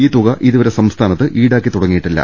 ഈ തുക ഇതുവരെ സംസ്ഥാനത്ത് ഈടാക്കി തുടങ്ങിയിട്ടില്ല